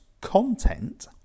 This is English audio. content